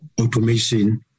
automation